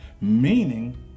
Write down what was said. meaning